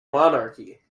monarchy